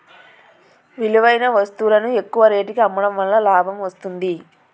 విలువైన వస్తువులను ఎక్కువ రేటుకి అమ్మడం వలన లాభం వస్తుంది